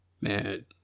man